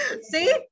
See